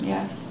Yes